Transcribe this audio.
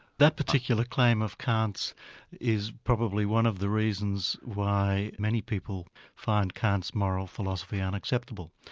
that particular claim of kant's is probably one of the reasons why many people find kant's moral philosophy unacceptable,